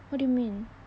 what do you mean